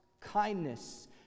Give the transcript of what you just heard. kindness